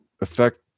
affect